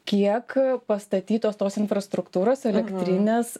kiek pastatytos tos infrastruktūros elektrinės